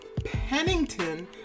Pennington